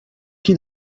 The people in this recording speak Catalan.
qui